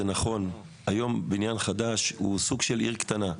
היום בניין חדש הוא סוג של עיר קטנה,